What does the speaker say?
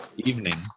evening,